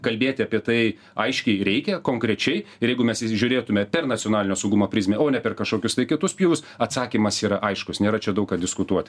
kalbėti apie tai aiškiai reikia konkrečiai ir jeigu mes žiūrėtume per nacionalinio saugumo prizmę o ne per kažkokius tai kitus pjūvius atsakymas yra aiškus nėra čia daug ką diskutuot